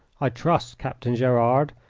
i trust, captain gerard,